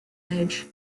age